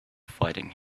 fighting